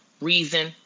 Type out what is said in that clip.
reason